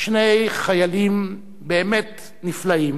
שני חיילים באמת נפלאים,